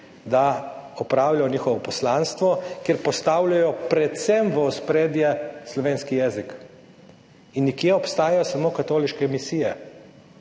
da opravljajo njihovo poslanstvo, kjer postavljajo predvsem v ospredje slovenski jezik. In nekje obstajajo samo katoliške misije,